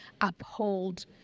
uphold